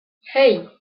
hey